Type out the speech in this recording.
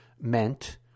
meant